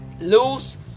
lose